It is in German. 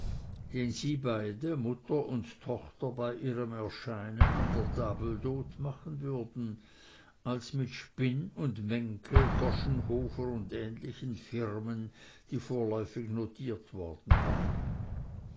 den sie beide mutter und tochter bei ihrem erscheinen an der table d'hte machen würden als mit spinn und mencke goschenhofer und ähnlichen firmen die vorläufig notiert worden waren